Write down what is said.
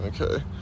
okay